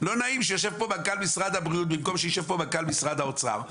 לא נעים שיושב פה מנכ"ל משרד הבריאות במקום שישב פה מנכ"ל משרד האוצר,